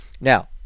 Now